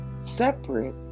separate